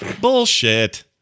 bullshit